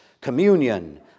communion